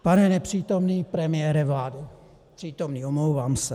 Pane nepřítomný premiére vlády přítomný, omlouvám se.